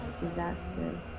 Disaster